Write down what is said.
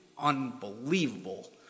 Unbelievable